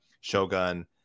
Shogun